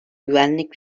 güvenlik